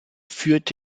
führt